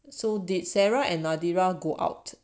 so did sarah and nadira go out